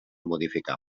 modificar